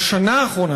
בשנה האחרונה,